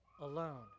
alone